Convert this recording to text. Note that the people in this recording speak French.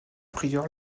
prieur